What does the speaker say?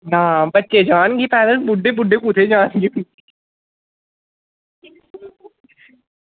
ना बच्चे जाई ओड़ी न बुड्ढें कुत्थें जाना पैदल